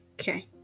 okay